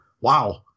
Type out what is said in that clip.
wow